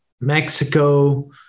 Mexico